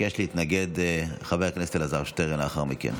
ביקש להתנגד חבר הכנסת אלעזר שטרן לאחר מכן.